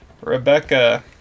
Rebecca